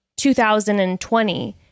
2020